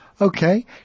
Okay